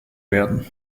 werden